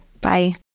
Bye